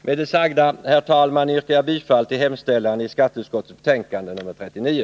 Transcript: Med det sagda, herr talman, yrkar jag bifall till hemställan i skatteutskottets betänkande nr 39.